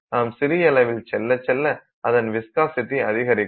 நாம் சிறிய அளவில் செல்ல செல்ல அதன் விஸ்காசிட்டி அதிகரிக்கும்